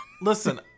Listen